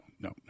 no